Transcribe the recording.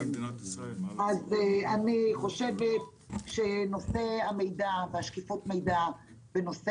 אז אני חושבת שנושא המידע ושקיפות המידע בתחום